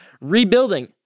rebuilding